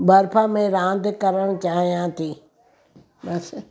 बर्फ़ में रांदि करणु चाहियां थी बसि